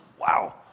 Wow